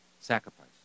sacrifice